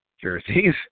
jerseys